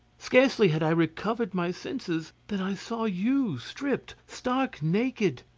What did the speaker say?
scarcely had i recovered my senses than i saw you stripped, stark naked,